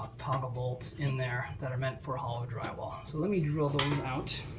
toggle bolts in there that are meant for hollow drywall. so let me drill those out.